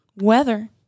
weather